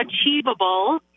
achievable